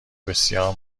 بسیار